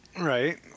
Right